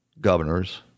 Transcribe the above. governors